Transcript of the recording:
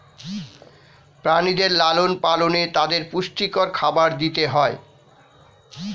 প্রাণীদের লালন পালনে তাদের পুষ্টিকর খাবার দিতে হয়